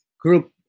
group